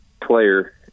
player